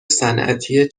صنعتی